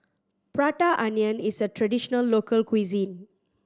Prata Onion is a traditional local cuisine